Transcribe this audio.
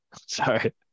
Sorry